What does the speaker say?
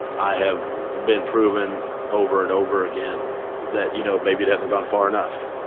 i have been proven over and over again that, you know, maybe it hasn't gone far enough.